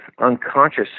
unconscious